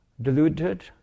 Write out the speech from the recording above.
deluded